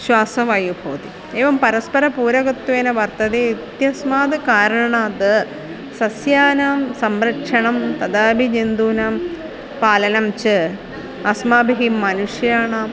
श्वासवायुः भवति एवं परस्परपूरकत्वेन वर्तते इत्यस्माद् कारणाद् सस्यानां संरक्षणं तदापि जन्तूनां पालनं च अस्माभिः मनुष्याणाम्